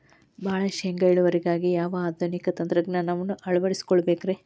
ಭಾಳ ಶೇಂಗಾ ಇಳುವರಿಗಾಗಿ ಯಾವ ಆಧುನಿಕ ತಂತ್ರಜ್ಞಾನವನ್ನ ಅಳವಡಿಸಿಕೊಳ್ಳಬೇಕರೇ?